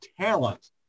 talent